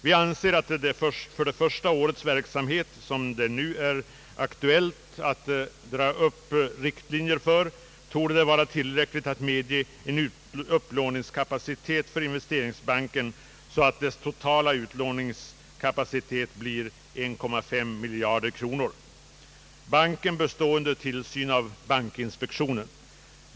Vi anser att det för det första årets verksamhet, som det nu är aktuellt att dra upp riktlinjerna för, torde vara tillräckligt att medge en så stor upplåningsrätt för investeringsbanken att dess totala utlåningskapacitet blir 1,5 miljard kronor. Banken bör stå under tillsyn av bankinspektionen.